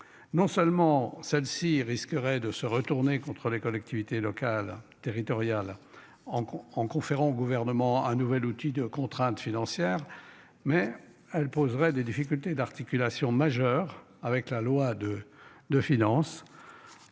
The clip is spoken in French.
Non seulement celle-ci risquerait de se retourner contre les collectivités locales territoriales en gros en conférant au gouvernement un nouvel outil de contraintes financières mais elle poserait des difficultés d'articulation majeures avec la loi de 2, finances.